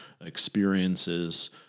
experiences